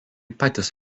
patys